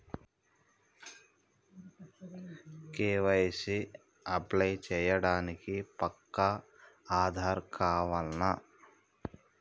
KYC apply చేయనీకి పక్కా ఆధార్ కావాల్నా?